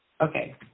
okay